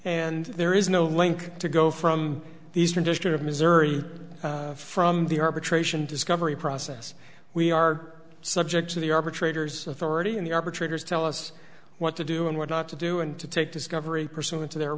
and there is no link to go from the eastern district of missouri from the arbitration discovery process we are subject to the arbitrator's authority in the arbitrator's tell us what to do and what not to do and to take discovery pursuant to their